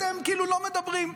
אתם כאילו לא מדברים.